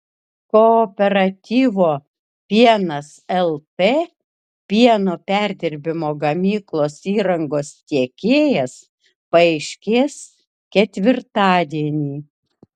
kooperatyvo pienas lt pieno perdirbimo gamyklos įrangos tiekėjas paaiškės ketvirtadienį